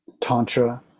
Tantra